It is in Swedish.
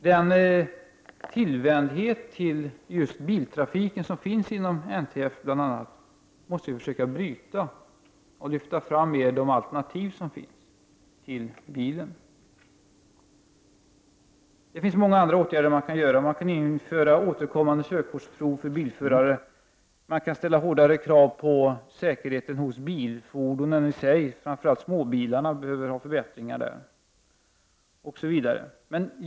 Den tillvändhet till just biltrafiken som finns inom NTF måste vi försöka bryta och i stället lyfta fram de alternativ som finns till bilen. Det finns också många andra åtgärder som kan vidtas. En är återkommande körkortsprov för bilförare, en annan att ställa hårdare krav på säkerheten hos fordonen i sig. Framför allt småbilarna behöver förbättras.